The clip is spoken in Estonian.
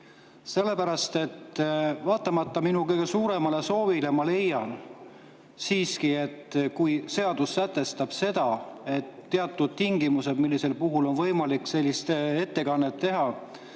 Sellepärast et, vaatamata minu kõige suuremale soovile, ma leian siiski, et kui seadus sätestab teatud tingimused, millisel juhul on võimalik sellist ettekannet teha,